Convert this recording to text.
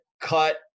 cut